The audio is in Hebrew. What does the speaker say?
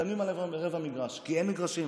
מתאמנים ברבע מגרש, כי אין מגרשים.